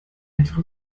einfach